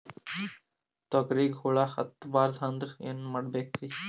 ತೊಗರಿಗ ಹುಳ ಹತ್ತಬಾರದು ಅಂದ್ರ ಏನ್ ಮಾಡಬೇಕ್ರಿ?